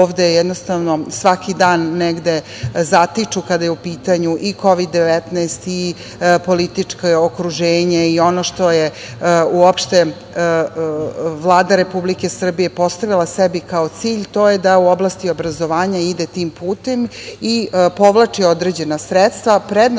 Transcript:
ovde jednostavno svaki dan negde zatiču kada je u pitanju i Kovid 19, i političko okruženje, i ono što je uopšte Vlada Republike Srbije postavila sebi kao cilj, to je da u oblasti obrazovanja ide tim putem i povlači određena sredstva. Prednost